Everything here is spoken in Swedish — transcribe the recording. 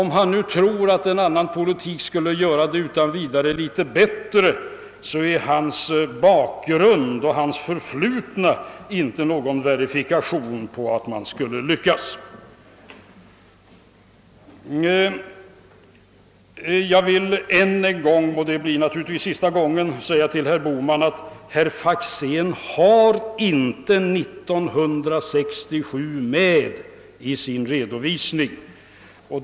Om han nu tror att en annan politik utan vidare skulle göra det litet bättre, så är hans bakgrund och hans förflutna inte någon verifikation på att man skall lyckas. Jag vill än en gång — och det blir naturligtvis den sista gången — säga till herr Bohman, att herr Faxén inte har året 1967 med i sin redovisning.